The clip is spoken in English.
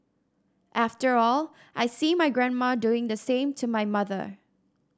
after all I see my grandma doing the same to my mother